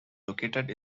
located